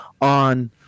on